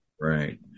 Right